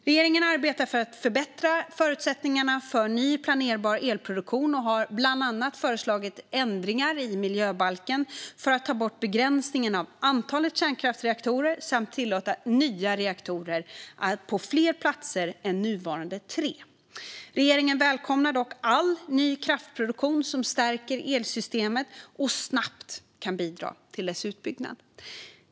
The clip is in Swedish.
Regeringen arbetar för att förbättra förutsättningarna för ny planerbar elproduktion och har bland annat föreslagit ändringar i miljöbalken för att ta bort begränsningen av antalet kärnkraftsreaktorer samt tillåta nya reaktorer på fler platser än nuvarande tre. Regeringen välkomnar dock all ny kraftproduktion som stärker elsystemet och snabbt kan bidra till dess utbyggnad.